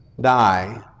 die